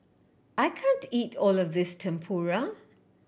I can't eat all of this Tempura